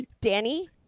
Danny